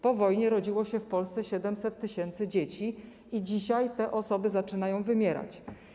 Po wojnie rodziło się w Polsce 700 tys. dzieci rocznie i dzisiaj te osoby zaczynają wymierać.